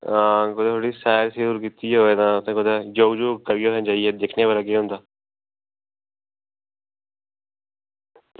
ते आं ओह्दी सैर कीती दी होऐ ते योगा करियै दिक्खनै आं भला केह् होंदा